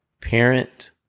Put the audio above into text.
parent-